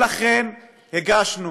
לכן הגשנו